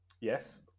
Yes